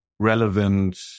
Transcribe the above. relevant